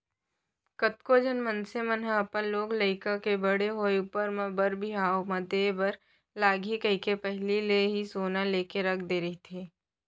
कतको झन मनसे मन अपन लोग लइका के बड़े होय ऊपर म बर बिहाव म देय बर लगही कहिके पहिली ले ही सोना लेके रख दे रहिथे